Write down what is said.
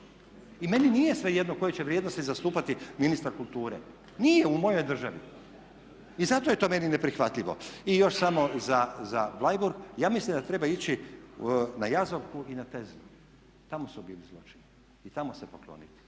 I meni nije svejedno koje će vrijednosti zastupati ministar kulture, nije u mojoj državi. I zato je to meni neprihvatljivo. I još samo za Bleiburg. Ja mislim da treba ići na Jazovku i na …/Govornik se ne razumije./… Tamo su bili zločini i tamo se pokloniti,